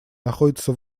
находятся